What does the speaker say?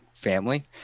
family